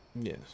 Yes